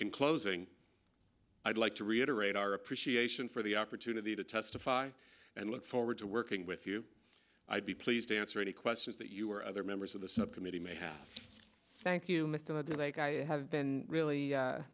in closing i'd like to reiterate our appreciation for the opportunity to testify and look forward to working with you i'd be pleased to answer any questions that you or other members of the subcommittee may have thank you mr i do like i have been really